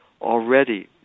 Already